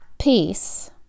peace